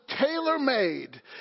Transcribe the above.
tailor-made